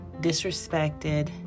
disrespected